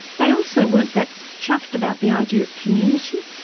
they also weren't that chuffed about the idea of community.